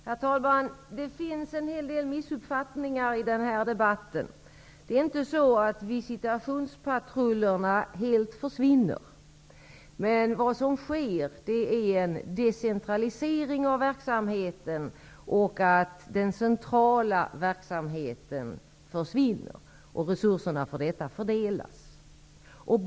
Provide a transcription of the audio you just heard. Herr talman! Det finns en hel del missuppfattningar i den här debatten. Det är inte så att visitationspatrullerna helt försvinner. Vad som sker är en decentralisering av verksamheten och att den centrala verksamheten därigenom försvinner och resurserna fördelas.